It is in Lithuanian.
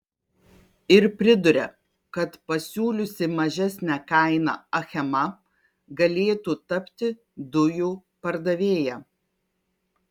ir priduria kad pasiūliusi mažesnę kainą achema galėtų tapti dujų pardavėja